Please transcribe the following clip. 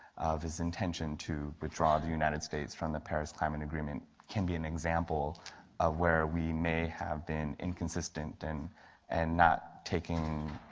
of his intention to withdraw the united states from the paris climate agreement can be and example of where we may have been inconsistent and and not taking